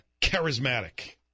charismatic